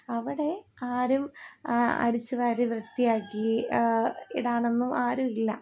അവിടെയാരും അടിച്ചുവാരി വൃത്തിയാക്കി ഇടാനൊന്നും ആരുമില്ല